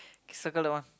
circle that one